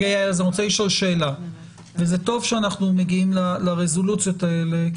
זה טוב שאנחנו מגיעים לרזולוציות האלה,